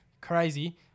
Crazy